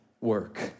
work